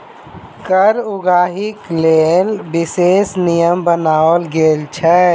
कर उगाहीक लेल विशेष नियम बनाओल गेल छै